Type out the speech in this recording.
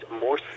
more